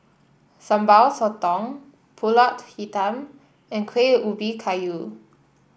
Sambal Sotong pulut Hitam and Kuih Ubi Kayu